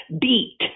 beat